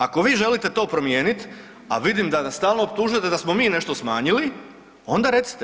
Ako vi želite to promijeniti, a vidim da nas stalno optužujete da smo mi nešto smanjili, onda recite.